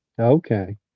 Okay